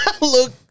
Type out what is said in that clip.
Look